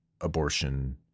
abortion